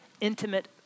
intimate